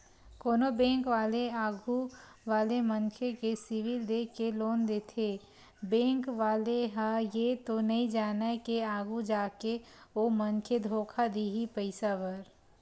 कोनो बेंक वाले आघू वाले मनखे के सिविल देख के लोन देथे बेंक वाले ह ये तो नइ जानय के आघु जाके ओ मनखे धोखा दिही पइसा बर